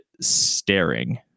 staring